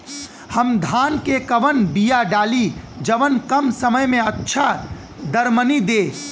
हम धान क कवन बिया डाली जवन कम समय में अच्छा दरमनी दे?